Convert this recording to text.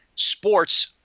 Sports